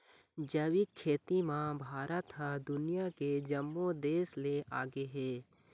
जैविक खेती म भारत ह दुनिया के जम्मो देस ले आगे हे